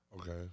Okay